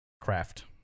craft